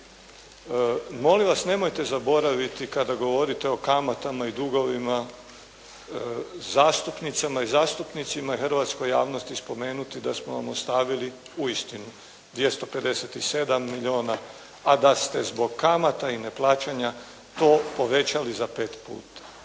Molim vas, nemojte zaboraviti kada govorite o kamatama i dugovima, zastupnicama i zastupnicima i hrvatskoj javnosti spomenuti da smo vam ostavili uistinu 257 milijun, a da ste zbog kamata i neplaćanja to povećali za 5 puta.